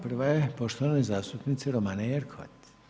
Prva je poštovane zastupnice Romane Jerković.